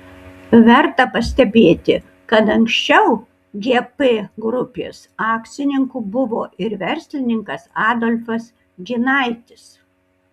verta pastebėti kad anksčiau gp grupės akcininku buvo ir verslininkas adolfas ginaitis